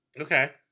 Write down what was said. okay